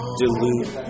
dilute